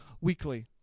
weekly